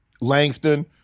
Langston